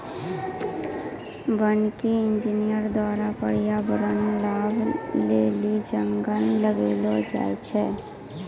वानिकी इंजीनियर द्वारा प्रर्यावरण लाभ लेली जंगल लगैलो जाय छै